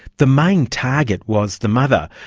the main target was the mother.